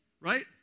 right